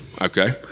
Okay